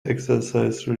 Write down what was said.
exercise